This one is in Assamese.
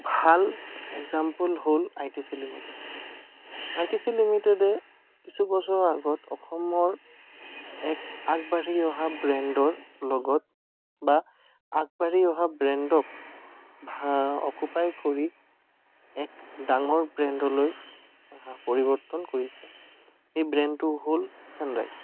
ভাল এগ্জাম্পল হ'ল I T C limited I T C লিমিটেডে কিছু বছৰৰ আগত অসমৰ এক আগবাঢ়ি অহা ব্ৰেণ্ডৰ লগত বা আগবাঢ়ি অহা ব্ৰেণ্ডক ভা অকুপাই কৰি এক ডাঙৰ ব্ৰেণ্ডলৈ পৰিৱৰ্তন কৰিছে সেই ব্ৰেণ্ডটো হ'ল ছানৰাইজ